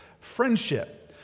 friendship